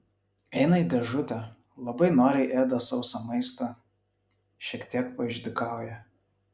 eina į dėžutę labai noriai ėda sausą maistą šiek tiek paišdykauja